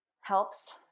helps